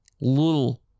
little